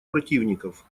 противников